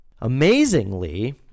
amazingly